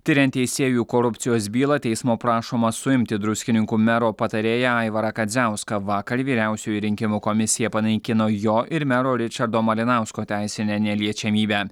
tiriant teisėjų korupcijos bylą teismo prašoma suimti druskininkų mero patarėją aivarą kadziauską vakar vyriausioji rinkimų komisija panaikino jo ir mero ričardo malinausko teisinę neliečiamybę